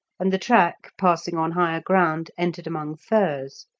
and the track, passing on higher ground, entered among firs.